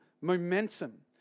momentum